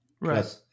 right